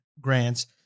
grants